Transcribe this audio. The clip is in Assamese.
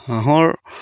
হাঁহৰ